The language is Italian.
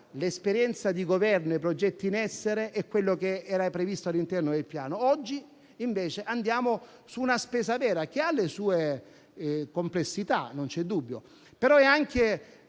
l'esperienza di Governo, i progetti in essere e ciò che era previsto all'interno del Piano, oggi invece andiamo su una spesa vera. Essa ha le sue complessità, non c'è dubbio, però è anche